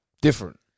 different